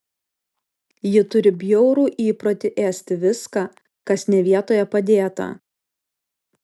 ji turi bjaurų įprotį ėsti viską kas ne vietoje padėta